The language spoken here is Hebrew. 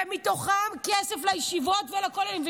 ומתוכם כסף לישיבות ולכוללים?